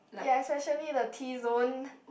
ya especially the T zone